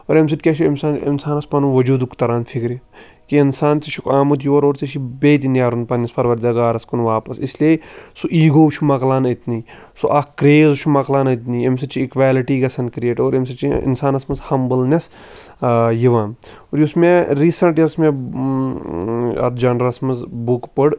اور اَمہِ سۭتۍ کیٛاہ چھِ اِنسانَس پَنُن وجوٗدُک تَران فِکرِ کہِ اِنسان تہِ چھُکھ آمُت یور اور ژےٚ چھی بیٚیہِ تہِ نیرُن پنٛنِس پروردِگارَس کُن واپَس اسلیے سُہ ایٖگو چھُ مَکلان أتۍ نٕے سُہ اَکھ کرٛیز چھُ مَکلان أتۍ نٕے اَمہِ سۭتۍ چھِ اِکویلِٹی گژھان کِرٛییٹ اور اَمہِ سۭتۍ چھِ اِنسانَس منٛز ہمبٕلنٮ۪س یِوان اور یُس مےٚ ریٖسٮ۪نٛٹ یۄس مےٚ اَتھ جَنرَس منٛز بُک پٔر